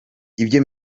ibyo